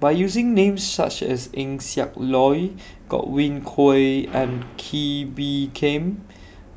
By using Names such as Eng Siak Loy Godwin Koay and Kee Bee Khim